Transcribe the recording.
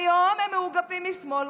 היום הם מאוגפים משמאל.